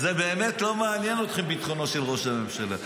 באמת לא מעניין אתכם ביטחונו של ראש הממשלה.